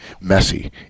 messy